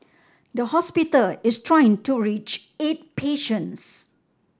the hospital is trying to reach eight patients